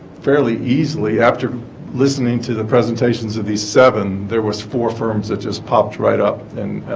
fairly easily after listening to the presentations of these seven there was four firms that just popped right up and